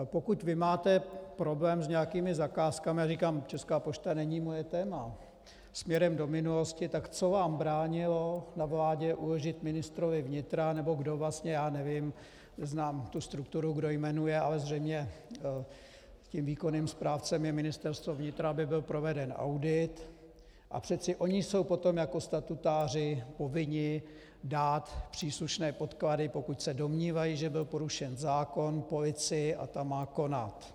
Pokud vy máte problém s nějakými zakázkami já říkám, Česká pošta není moje téma směrem do minulosti, tak co vám bránilo na vládě uložit ministrovi vnitra nebo kdo vlastně, já nevím, neznám tu strukturu, kdo jmenuje, ale zřejmě tím výkonným správcem je Ministerstvo vnitra , aby byl proveden audit, a přece oni jsou potom jako statutáři povinni dát příslušné podklady, pokud se domnívají, že byl porušen zákon, policii a ta má konat.